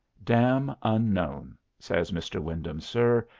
dam unknown, says mr. wyndham, sir,